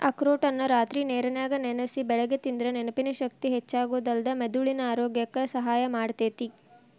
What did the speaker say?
ಅಖ್ರೋಟನ್ನ ರಾತ್ರಿ ನೇರನ್ಯಾಗ ನೆನಸಿ ಬೆಳಿಗ್ಗೆ ತಿಂದ್ರ ನೆನಪಿನ ಶಕ್ತಿ ಹೆಚ್ಚಾಗೋದಲ್ದ ಮೆದುಳಿನ ಆರೋಗ್ಯಕ್ಕ ಸಹಾಯ ಮಾಡ್ತೇತಿ